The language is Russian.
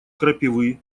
крапивы